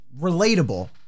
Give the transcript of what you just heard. relatable